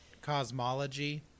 Cosmology